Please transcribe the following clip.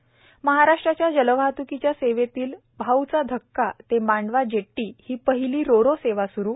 त महाराष्ट्राच्या जलवाहत्कीच्या सेवेतील भाऊचा धक्का ते मांडवा जेट्टी ही पहिली रोरो सेवा स्रू